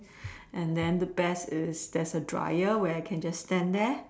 and then the best is there's a dryer where I can just stand there